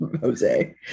Jose